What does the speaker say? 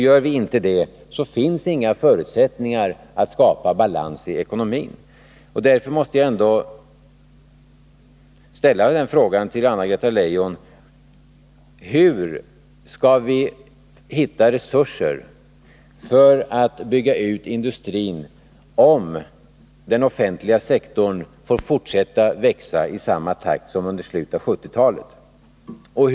Gör vi inte det, finns inga förutsättningar att skapa balans i ekonomin. Därför måste jag ändå ställa frågan till Anna-Greta Leijon: Hur skall vi finna resurser för att bygga ut industrin om den offentliga sektorn får fortsätta att växa i samma takt som under slutet av 1970-talet?